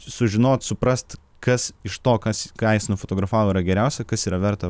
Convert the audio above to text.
sužinot suprast kas iš to kas ką jis nufotografavo yra geriausia kas yra verta